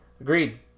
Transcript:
Agreed